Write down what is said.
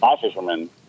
fishermen